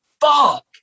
fuck